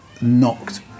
knocked